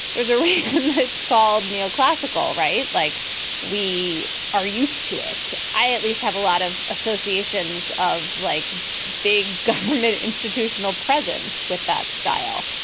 there's a reason it's called neo classical, right? like we are used to it. i at least have a lot of associations of like big government institutional presence with that style.